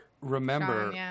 remember